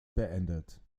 beendet